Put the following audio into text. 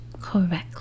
correctly